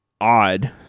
odd